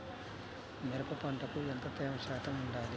మిరప పంటకు ఎంత తేమ శాతం వుండాలి?